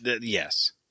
Yes